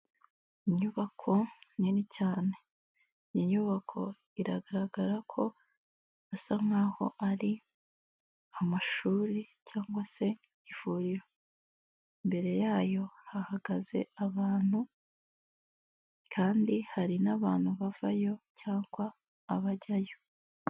Inyubako nini cyane, iyi nyubako iragaragara ko asa nk'aho ari amashuri cyangwa se ivuriro. Imbere yayo hahagaze abantu kandi hari n'abantu bavayo cyangwa abajyayo.